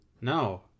No